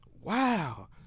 wow